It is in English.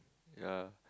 yea